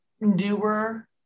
newer